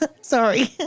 Sorry